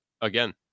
again